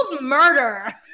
murder